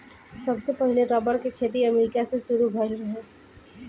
सबसे पहिले रबड़ के खेती अमेरिका से शुरू भईल रहे